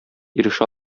ирешә